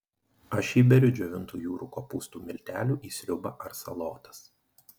aš įberiu džiovintų jūrų kopūstų miltelių į sriubą ar salotas